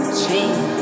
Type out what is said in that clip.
change